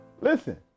Listen